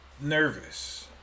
nervous